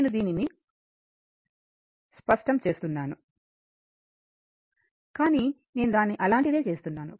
నేను దీనిని స్పష్టం చేస్తాను కానీ నేను దానిని అలాంటిదే చేస్తున్నాను